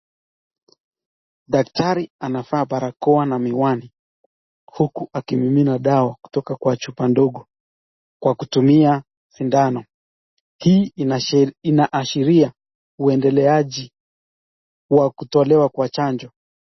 Daktari anavaa barakoa na miwani huku akimumunya dawa kutoka kwa chupa ndogo, akitumia sindano hii inasheria uwendeleaji wa kutolewa kwa chanjo.